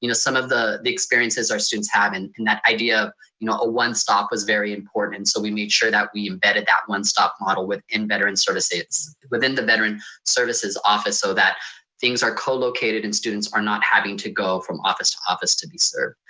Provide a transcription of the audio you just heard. you know some of the the experiences our students have and and that idea of you know a one-stop was very important. so we made sure that we embedded that one-stop model within veteran services, within the veteran services office so that things are co-located and students are not having to go from office to office to be served.